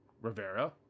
Rivera